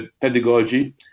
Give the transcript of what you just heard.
pedagogy